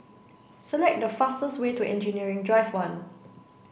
select the fastest way to Engineering Drive One